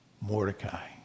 Mordecai